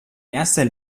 erster